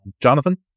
Jonathan